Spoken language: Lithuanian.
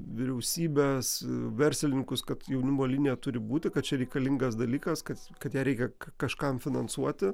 vyriausybes verslininkus kad jaunimo linija turi būti kad čia reikalingas dalykas kad kad ją reikia kažkam finansuoti